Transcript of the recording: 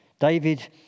David